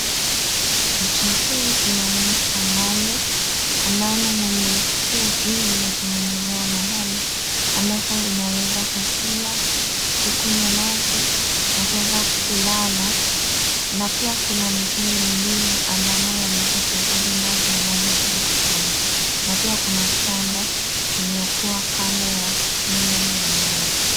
Picha hii inaonyesha ng'ombe ambapo ng'ombe hii imetengenezewa mahali ambapo inaweza kukula, kunywa maji na kuweza kulala. Na pia kuna mitungi miwili ambapo yameweza kuhifadhi maji ya ng'ombe huyo ya kunywa. Na pia kuna shamba lililokuwa kando ya nyumba hiyo ya ng'ombe.